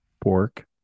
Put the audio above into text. pork